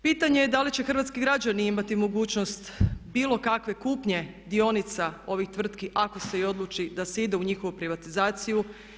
Pitanje je da li će hrvatski građani imati mogućnost bilo kakve kupnje dionica ovih tvrtki ako se i odluči da se ide u njihovu privatizaciju.